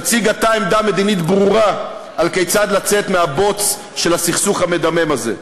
תציג אתה עמדה מדינית ברורה כיצד לצאת מהבוץ של הסכסוך המדמם הזה?